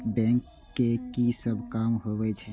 Bank के की सब काम होवे छे?